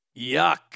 Yuck